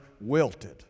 wilted